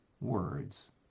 words